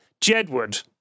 Jedward